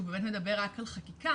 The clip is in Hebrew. הוא באמת מדבר רק על חקיקה,